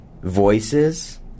voices